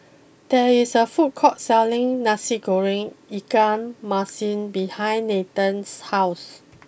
there is a food court selling Nasi Goreng Ikan Masin behind Nathen's house